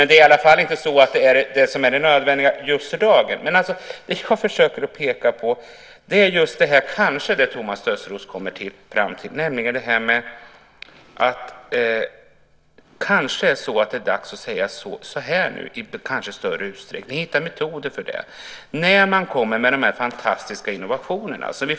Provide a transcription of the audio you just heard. Det är i alla fall inte det nödvändiga just för dagen. Det jag försöker peka på är kanske det Thomas Östros kommer fram till, nämligen att det nu kan vara dags att i större utsträckning säga så här nu och hitta metoder för det, när man kommer med dessa fantastiska innovationer.